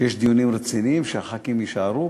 שיש דיונים רציניים, שהח"כים יישארו?